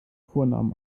vornamen